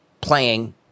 playing